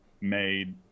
made